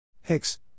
Hicks